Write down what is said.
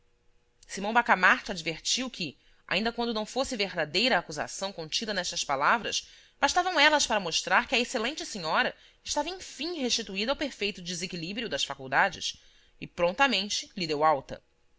simão bacamarte advertiu que ainda quando não fosse verdadeira a acusação contida nestas palavras bastavam elas para mostrar que a excelente senhora estava enfim restituída ao perfeito desequilíbrio das faculdades e prontamente lhe deu alta